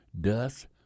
dust